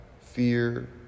fear